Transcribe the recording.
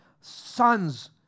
sons